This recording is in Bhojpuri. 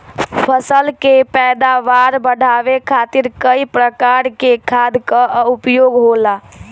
फसल के पैदावार बढ़ावे खातिर कई प्रकार के खाद कअ उपयोग होला